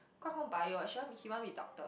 Guang-Hong bio what she want he want be doctor